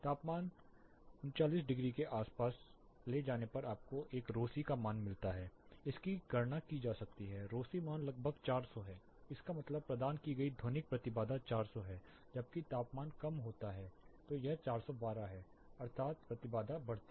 तापमान 39 डिग्री के आसपास ले जाने पर आपको एक ρC मान मिलता है इसकी गणना की जा सकती है ρC मान लगभग 400 है इसका मतलब प्रदान की गई ध्वनिक प्रतिबाधा 400 है जबकि तापमान कम होता है तो यह 412 है अर्थात प्रतिबाधा बढ़ती है